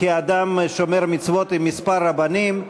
כאדם שומר מצוות, עם כמה רבנים.